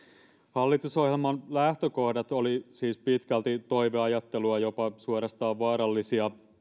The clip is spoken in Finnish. hallitusohjelman lähtökohdat olivat siis pitkälti toiveajattelua jopa suorastaan vaarallisia